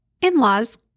in-laws